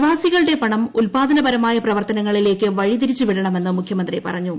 പ്രവാസികളുടെ പണം ഉൽപ്പാദനപരമായ പ്രവർത്തനങ്ങളിലേക്ക് വഴിതിരിച്ചു വിടണമെന്ന് മുഖ്യമന്ത്രി പറഞ്ഞു